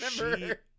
remember